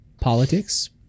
politics